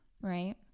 Right